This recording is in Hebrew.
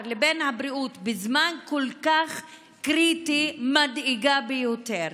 לבין הבריאות בזמן כל כך קריטי מדאיגה ביותר.